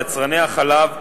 יצרני החלב,